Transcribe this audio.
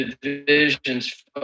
divisions